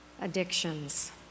addictions